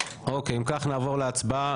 אם כך, נעבור להצבעה.